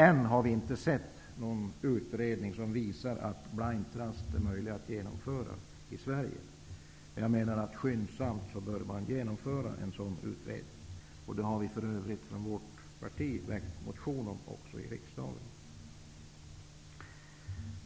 Ännu har vi inte sett någon utredning som visar att det är möjligt att genomföra s.k. blind trust i Sverige. Jag menar att man skyndsamt bör genomföra en sådan utredning. Det har för övrigt vi i Vänsterpartiet motionerat om här i riksdagen.